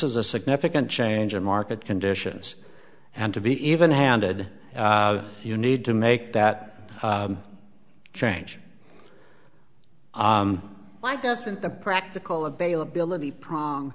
is a significant change in market conditions and to be even handed you need to make that change why doesn't the practical availability prong